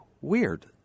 weird